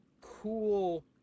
cool